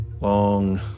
long